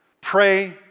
Pray